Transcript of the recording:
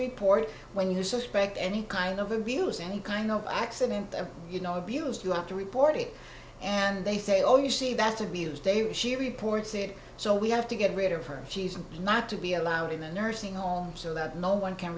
report when you suspect any kind of abuse any kind of accident or you know abuse you have to report it and they say oh you see that's abuse dave she reports it so we have to get rid of her she's not to be allowed in a nursing home so that no one can